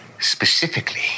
specifically